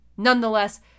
Nonetheless